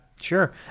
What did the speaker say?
sure